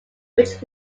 which